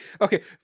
Okay